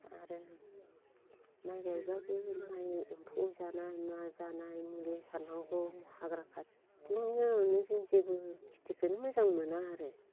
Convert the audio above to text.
आरो माइ गायब्लाबो माइ एम्फौ जानाय मा जानाय मुलि सारनांगौ हाग्रा खाथिनि नालाय जों जेबो खिथिखोनो मोजां मोना आरो